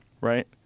right